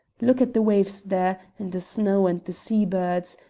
look at the waves there, and the snow and the sea-birds!